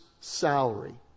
salary